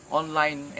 online